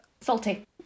salty